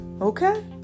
Okay